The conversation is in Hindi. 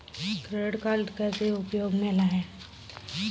क्रेडिट कार्ड कैसे उपयोग में लाएँ?